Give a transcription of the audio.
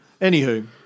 Anywho